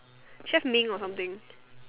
chef Ming or something